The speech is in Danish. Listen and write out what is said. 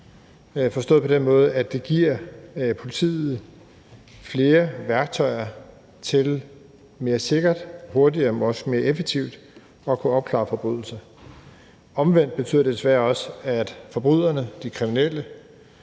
forstået på den måde, at den giver politiet flere værktøjer til mere sikkert og hurtigt, men også mere effektivt at kunne opklare forbrydelser. Omvendt betyder det desværre også, at forbryderne, de kriminelle,